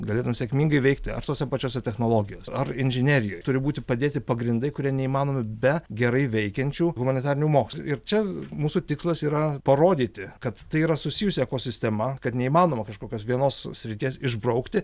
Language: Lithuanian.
galėtum sėkmingai veikti ar tose pačiose technologijose ar inžinerijoj turi būti padėti pagrindai kurie neįmanomi be gerai veikiančių humanitarinių mokslų ir čia mūsų tikslas yra parodyti kad tai yra susijus ekosistema kad neįmanoma kažkokios vienos srities išbraukti